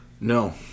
No